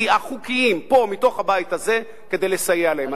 החוקיים, פה מתוך הבית הזה, כדי לסייע להם.